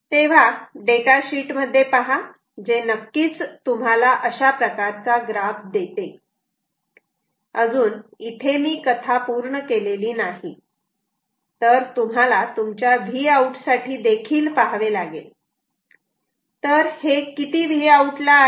तेव्हा data sheet मध्ये पहा जे नक्कीच तुम्हाला अशा प्रकारचा ग्राफ देते अजून इथे मी कथा पूर्ण केलेली नाही तर तुम्हाला तुमच्या Vout साठी देखील पहावे लागेल तर हे किती Vout ला आहे